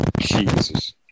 Jesus